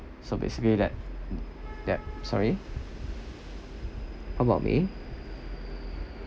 so basically that that sorry how about me